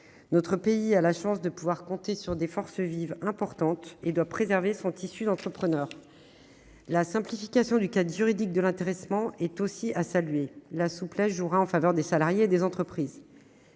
Notre pays a la chance de pouvoir compter sur des forces vives importantes et doit préserver son tissu d'entrepreneurs. La simplification du cadre juridique de l'intéressement est aussi à saluer. La souplesse jouera en faveur des salariés et des entreprises.